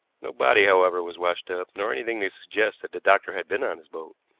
no body, however, was washed up, nor anything to suggest that the doctor had been on his boat.